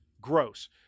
gross